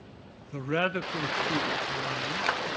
a radical students' alliance,